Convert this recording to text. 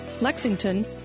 Lexington